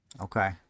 Okay